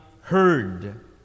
heard